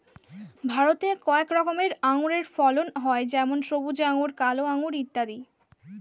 ভারতে কয়েক রকমের আঙুরের ফলন হয় যেমন সবুজ আঙুর, কালো আঙুর ইত্যাদি